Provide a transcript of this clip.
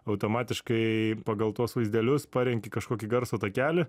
automatiškai pagal tuos vaizdelius parenki kažkokį garso takelį